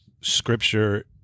scripture